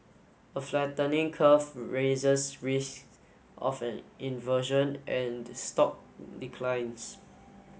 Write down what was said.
a flattening curve raises risk of an inversion and stock declines